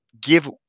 give